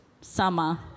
summer